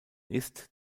ist